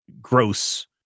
gross